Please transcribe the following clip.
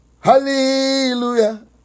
Hallelujah